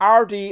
RD